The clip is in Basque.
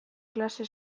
klase